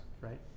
right